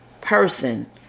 person